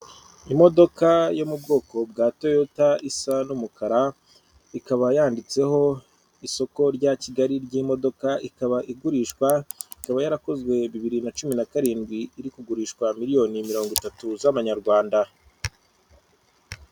Imodoka yo mu bwoko bwa toyota isa n'umukara, ikaba yanditseho isoko rya kigali ry'imodoka, ikaba igurishwa, ikaba yarakozwe bibiri nacumi nakarindwi iri kugurishwa miliyoni mirongo itatu z'amanyarwanda.